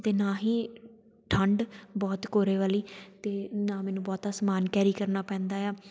ਅਤੇ ਨਾ ਹੀ ਠੰਡ ਬਹੁਤ ਕੋਰੇ ਵਾਲੀ ਅਤੇ ਨਾ ਮੈਨੂੰ ਬਹੁਤਾ ਸਮਾਨ ਕੈਰੀ ਕਰਨਾ ਪੈਂਦਾ ਆ